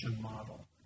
model